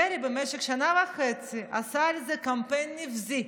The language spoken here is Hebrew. דרעי במשך שנה וחצי עשה על זה קמפיין נבזי.